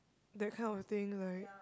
that kind of thing right